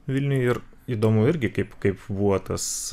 vilniuj ir įdomu irgi kaip kaip buvo tas